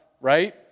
right